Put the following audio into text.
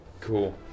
Cool